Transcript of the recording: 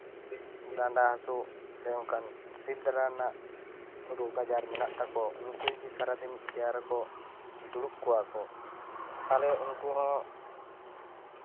ᱰᱟᱸᱰᱟ ᱦᱟᱥᱩ ᱥᱮ ᱚᱱᱠᱟᱱ ᱥᱤᱨ ᱫᱟᱬᱟ ᱨᱮᱱᱟᱜ ᱨᱳᱠ ᱟᱡᱟᱨ ᱢᱮᱱᱟᱜ ᱛᱟᱠᱚ ᱩᱱᱠᱩ ᱡᱩᱫᱤ ᱥᱟᱨᱟᱫᱤᱱ ᱪᱮᱭᱟᱨ ᱨᱮᱠᱚ ᱫᱩᱲᱩᱵ ᱠᱚᱜᱼᱟ ᱠᱚ ᱛᱟᱞᱦᱮ ᱩᱱᱠᱩ ᱦᱚᱸ